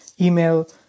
email